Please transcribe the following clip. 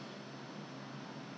then I realized my hands 是应该是